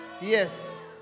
Yes